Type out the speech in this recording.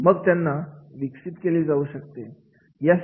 आहे मग त्यांना विकसित कसे केले जाऊ शकते